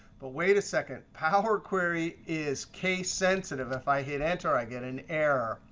but wait a second, power query is case sensitive. if i hit enter, i get an error.